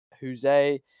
Jose